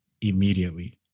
immediately